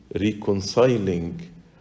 reconciling